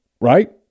right